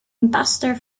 ambassador